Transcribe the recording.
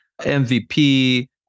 MVP